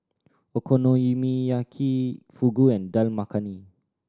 Okonomiyaki Fugu and Dal Makhani